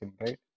right